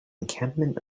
encampment